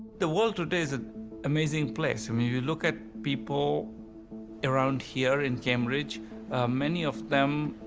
the world today is an amazing place, i mean you look at people around here in cambridge many of them,